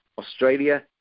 Australia